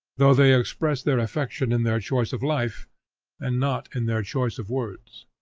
though they express their affection in their choice of life and not in their choice of words.